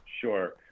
Sure